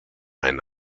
ein